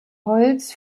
holz